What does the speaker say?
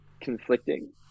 conflicting